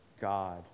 God